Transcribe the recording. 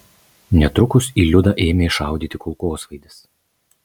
netrukus į liudą ėmė šaudyti kulkosvaidis